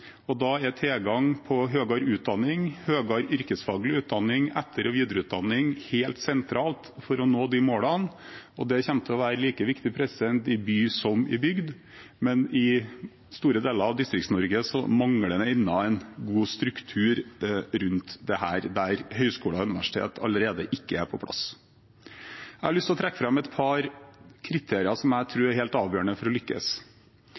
og da er tilgang på høyere utdanning, høyere yrkesfaglig utdanning og etter- og videreutdanning helt sentralt for å nå de målene. Det kommer til å være like viktig i by som i bygd, men i store deler av Distrikts-Norge mangler man ennå en god struktur rundt dette, der høyskoler og universiteter ikke allerede er på plass. Jeg har lyst til å trekke fram et par kriterier som jeg tror er helt avgjørende for å lykkes.